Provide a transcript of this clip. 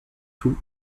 tout